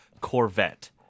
corvette